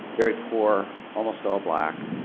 very poor, almost all black,